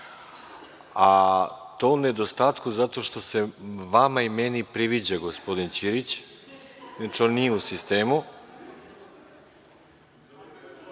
a to u nedostatku zato što se i vama i meni priviđa gospodin Ćirić, inače, on nije u sistemu.